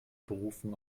berufung